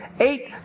Eight